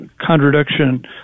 contradiction